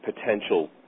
potential